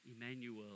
Emmanuel